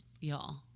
Y'all